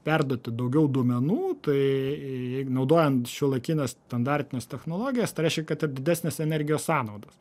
perduoti daugiau duomenų tai jei naudojant šiuolaikines standartines technologijas tai reiškia kad ir didesnės energijos sąnaudos